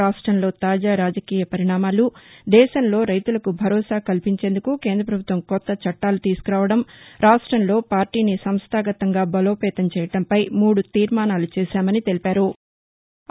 రాష్టంలో తాజా రాజకీయ పరిణామాలు దేశంలో రైతులకు భరోసా కల్పించేందుకు కేంద్ర ప్రభుత్వం కాత్త చట్లాలు తీసుకరావడం రాష్టంలో పార్టీని సంస్గాగతంగా బలోపేతం చేయడంపై మూడు తీర్శానాలు చేశామని తెలిపారు